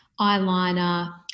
eyeliner